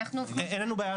אין לנו בעיה,